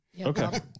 Okay